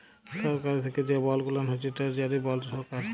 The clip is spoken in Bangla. সরকারি থ্যাকে যে বল্ড গুলান হছে টেরজারি বল্ড সরকার